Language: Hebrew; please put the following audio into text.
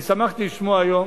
אני שמחתי לשמוע היום